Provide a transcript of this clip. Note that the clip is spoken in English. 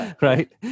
Right